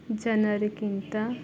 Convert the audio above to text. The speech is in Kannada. ಜನರಿಗಿಂತ